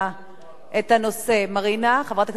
מרינה, חברת הכנסת מרינה, לוועדת החינוך?